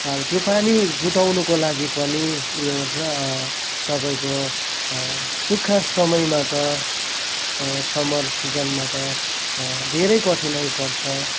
त्यो पानी जुटाउनुको लागि पनि यो ड्र तपाईँको सुक्खा समयमा त समर सिजनमा त धेरै कठिनाई पर्छ